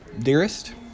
Dearest